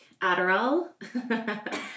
Adderall